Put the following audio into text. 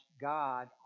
God